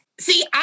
See